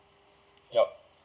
yup